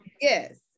Yes